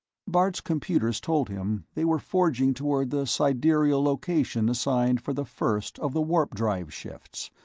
bart's computers told him they were forging toward the sidereal location assigned for the first of the warp-drive shifts,